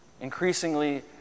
increasingly